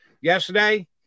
Yesterday